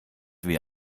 wie